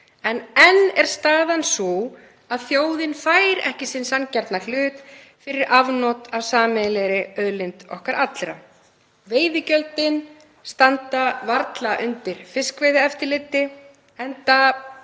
enn er staðan sú að þjóðin fær ekki sinn sanngjarna hlut fyrir afnot af sameiginlegri auðlind okkar allra. Veiðigjöldin standa varla undir fiskveiðieftirliti enda